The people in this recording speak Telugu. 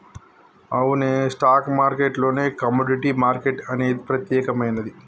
అవునే స్టాక్ మార్కెట్ లోనే కమోడిటీ మార్కెట్ అనేది ప్రత్యేకమైనది